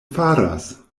faras